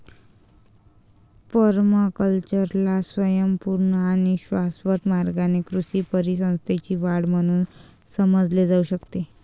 पर्माकल्चरला स्वयंपूर्ण आणि शाश्वत मार्गाने कृषी परिसंस्थेची वाढ म्हणून समजले जाऊ शकते